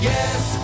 Yes